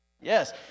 Yes